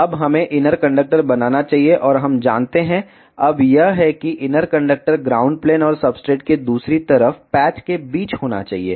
अब हमें inner conductor बनाना चाहिए और हम जानते हैं अब यह है कि इनर कंडक्टर ग्राउंड प्लेन और सब्सट्रेट के दूसरी तरफ पैच के बीच होना चाहिए